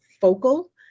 focal